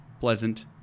pleasant